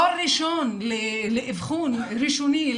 תור ראשון לאבחון ראשוני,